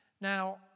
Now